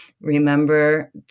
remember